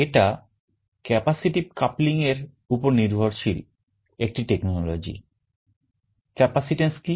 এটা capacitive coupling এর উপর নির্ভরশীল একটি technology Capacitance কি